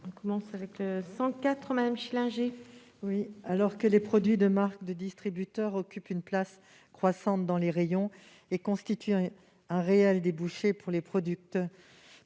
parole est à Mme Patricia Schillinger. Alors que les produits de marques de distributeurs occupent une place croissante dans les rayons et constituent un réel débouché pour les productions